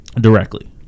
directly